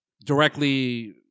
directly